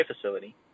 facility